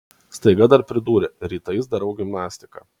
staiga dar pridūrė rytais darau gimnastiką